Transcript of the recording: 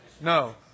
No